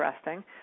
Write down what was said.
interesting